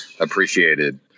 appreciated